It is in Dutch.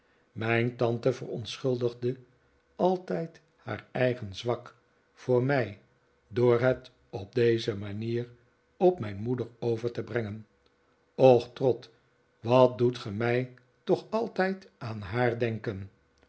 mijn tante verontschuldigde altijd haar eigen zwak voor mij door het op deze manier op mijn moeder over te brengen och trotwood wat doet ge mij toch altijd aan haar denken